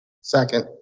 Second